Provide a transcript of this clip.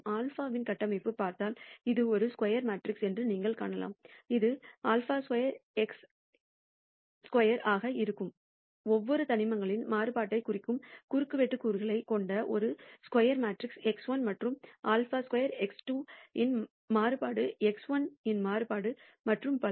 σ இன் கட்டமைப்பைப் பார்த்தால் இது ஒரு ஸ்கொயர் மேட்ரிக்ஸ் என்று நீங்கள் காணலாம் இது σ2x2 ஆக இருக்கும் ஒவ்வொரு தனிமங்களின் மாறுபாட்டையும் குறிக்கும் குறுக்குவெட்டு கூறுகளைக் கொண்ட ஒரு ஸ்கொயர் மேட்ரிக்ஸ் x1 மற்றும் σ2x2 இன் மாறுபாடு x1 இன் மாறுபாடு மற்றும் பல